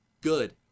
good